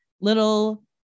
little